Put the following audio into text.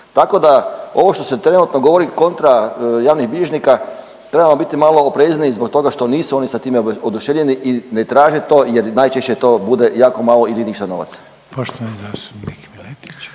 Tako da se ovo što se trenutno govori kontra javnih bilježnika trebamo biti malo oprezniji zbog toga što nisu oni sa time oduševljeni i ne traže to jer najčešće to bude jako malo ili ništa novaca. **Reiner, Željko